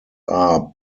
are